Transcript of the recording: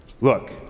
Look